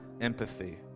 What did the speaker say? empathy